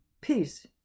Peace